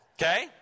Okay